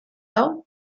hau